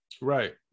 Right